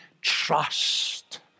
trust